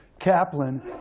Kaplan